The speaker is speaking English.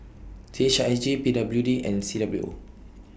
C H I J P W D and C W O